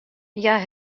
hja